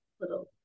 little